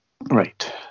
Right